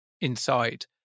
inside